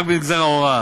רק במגזר ההוראה,